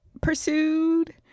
pursued